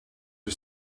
for